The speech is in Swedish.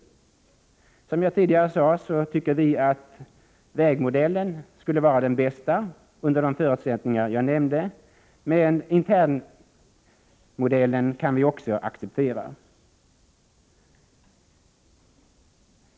Som jag tidigare sade tycker vi att vägmodellen skulle vara den bästa under de förutsättningar jag nämnde, men internmodellen kan vi också acceptera.